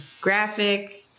graphic